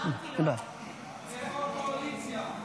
להביע אי-אמון בממשלה לא נתקבלה.